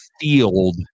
field